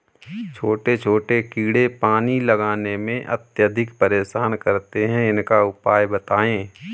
छोटे छोटे कीड़े पानी लगाने में अत्याधिक परेशान करते हैं इनका उपाय बताएं?